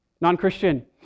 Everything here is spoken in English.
Non-Christian